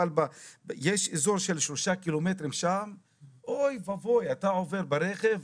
אבל יש אזור של שלושה קילומטרים שאתה עובר ברכב,